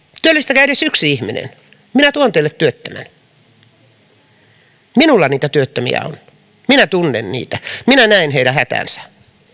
työllistäkää edes yksi ihminen minä tuon teille työttömän minulla niitä työttömiä on minä tunnen niitä minä näen heidän hätänsä